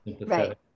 right